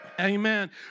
Amen